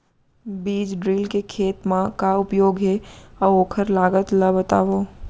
बीज ड्रिल के खेत मा का उपयोग हे, अऊ ओखर लागत ला बतावव?